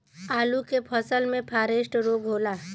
आलू के फसल मे फारेस्ट रोग होला?